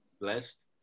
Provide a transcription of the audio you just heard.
blessed